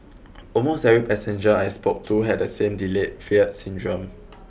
almost every passenger I spoke to had the same delayed fear syndrome